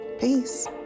Peace